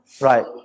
right